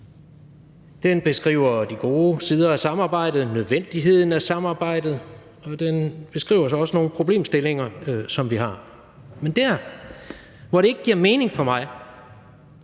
Den beskriver de gode sider af samarbejdet, nødvendigheden af samarbejdet, og den beskriver så også nogle problemstillinger, som vi har. Men der, hvor det ikke giver mening for mig,